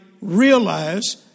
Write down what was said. realize